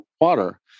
water